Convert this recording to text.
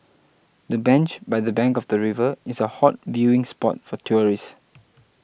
the bench by the bank of the river is a hot viewing spot for tourists